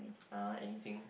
uh anything